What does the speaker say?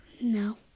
No